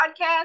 podcast